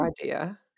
idea